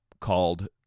called